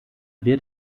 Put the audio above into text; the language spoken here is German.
wird